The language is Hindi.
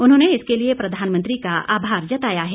उन्होंने इसके लिए प्रधानमंत्री का आभार जताया है